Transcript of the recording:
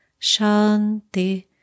shanti